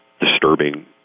disturbing